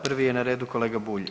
Prvi je na redu kolega Bulj.